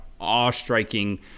awe-striking